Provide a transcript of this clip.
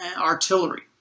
artillery